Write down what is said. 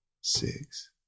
six